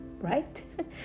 right